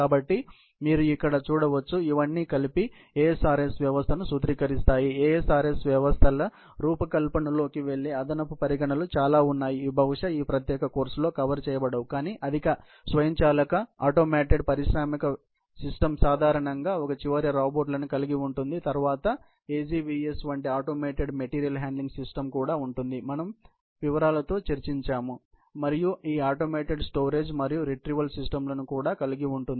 కాబట్టి మీరు ఇక్కడ చూడవచ్చు ఇవన్నీ కలిపి ASRS వ్యవస్థను సూత్రీకరిస్తాయి ASRS వ్యవస్థల రూపకల్పనలోకి వెళ్ళే అదనపు పరిగణనలు చాలా ఉన్నాయి ఇవి బహుశా ఈ ప్రత్యేక కోర్సులో కవర్ చేయబడవు కానీ అధిక స్వయంచాలక పారిశ్రామిక వ్యవస్థ సాధారణంగా ఒక చివర రోబోలను కలిగి ఉంటుంది మరియు తరువాత AGVS వంటి ఆటోమేటెడ్ మెటీరియల్ హ్యాండ్లింగ్ సిస్టమ్ కూడా ఉంది మనం వివరాలతో చర్చించాము మరియు ఈ ఆటోమేటెడ్ స్టోరేజ్ మరియు రిట్రీవల్ సిస్టమ్స్ లను కూడా కలిగి ఉంటుంది